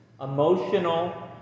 emotional